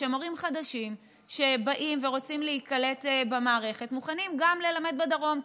מורים חדשים שבאים ורוצים להיקלט במערכת מוכנים ללמד גם בדרום,